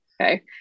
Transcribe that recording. okay